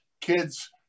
Kids